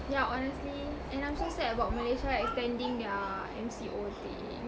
yeah honestly and I'm so sad about malaysia extending their M_C_O thing